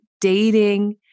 dating